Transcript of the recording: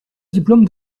diplôme